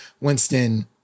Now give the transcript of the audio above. Winston